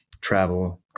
travel